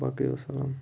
باقٕے وَسَلام